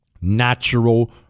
Natural